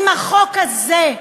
עם החוק הזה,